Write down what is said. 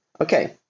Okay